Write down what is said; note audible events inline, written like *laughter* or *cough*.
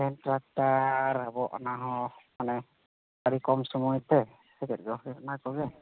hand tractor ᱟᱵᱚ ᱚᱱᱟᱦᱚᱸ ᱢᱟᱱᱮ ᱟᱹᱰᱤ ᱠᱚᱢ ᱥᱚᱢᱚᱭᱛᱮ ᱥᱮᱪᱮᱫ *unintelligible* ᱚᱱᱟᱠᱚᱜᱮ